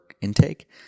intake